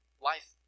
life